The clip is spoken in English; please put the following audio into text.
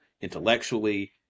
intellectually